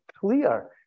clear